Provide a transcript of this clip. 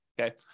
Okay